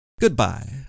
Goodbye